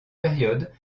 période